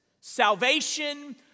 salvation